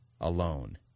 alone